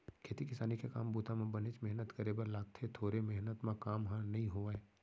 खेती किसानी के काम बूता म बनेच मेहनत करे बर लागथे थोरे मेहनत म काम ह नइ होवय